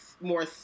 more